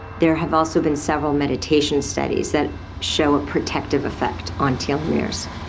there have also been several meditation studies that show a protective effect on telomeres.